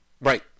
right